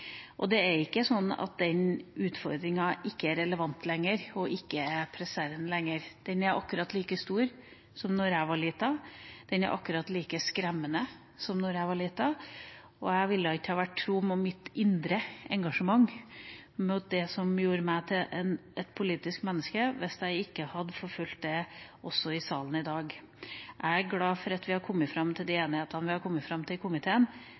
Det er ikke sånn at den utfordringa ikke er relevant lenger eller ikke er presserende lenger – den er akkurat like stor som da jeg var lita, den er akkurat like skremmende som da jeg var lita. Jeg ville ikke ha vært tro mot mitt indre engasjement, mot det som gjorde meg til et politisk menneske, hvis jeg ikke hadde forfulgt det også i salen i dag. Jeg er glad for at vi har kommet fram til den enigheten vi har kommet fram til i komiteen,